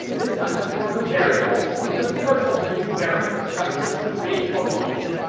this time let's go under variables and let's give ourselves a new variable. scratch lets you create puzzle pieces,